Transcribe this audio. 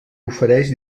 ofereix